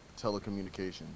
telecommunications